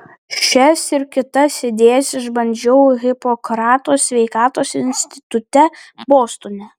šias ir kitas idėjas išbandžiau hipokrato sveikatos institute bostone